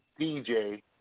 DJ